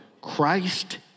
Christ